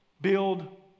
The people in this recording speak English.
Build